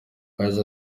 yagize